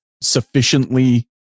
sufficiently